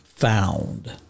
found